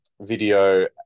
video